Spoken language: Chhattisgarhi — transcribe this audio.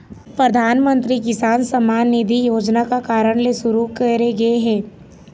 परधानमंतरी किसान सम्मान निधि योजना का कारन ले सुरू करे गे हे?